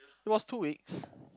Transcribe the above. it was two weeks